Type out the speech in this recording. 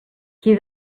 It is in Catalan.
qui